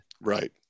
Right